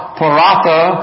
Paratha